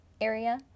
area